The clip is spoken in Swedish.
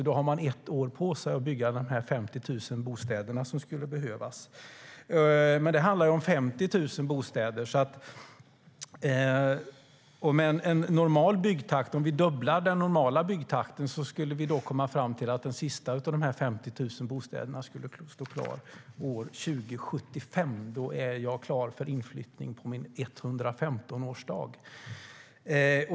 Då har man alltså ett år på sig att bygga de 50 000 bostäder som skulle behövas. Om vi dubblar den normala byggtakten skulle den sista av de 50 000 bostäderna stå klar år 2075. Då är jag klar för inflyttning på min 115-årsdag.